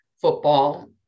football